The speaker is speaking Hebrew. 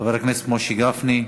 חבר הכנסת משה גפני,